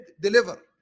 deliver